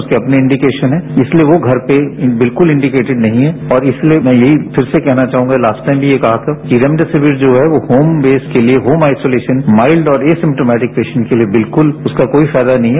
उसके अपने इंडिकेशन हैं इसलिए यो घर पर विल्कूल इंडिकेटेड नहीं हैं और इसलिए मैं यही फिर से यह कहना चाहूंगा कि लास्टटाइम यही कहा था रेमडेसिविर जो है यो होम बेस के लिए होम आइसोलेरान माइल्ड और ए सिम्टोमेटिक्स पेसेंट के लिए बिल्कुल उसका कोई फायदा नहीं है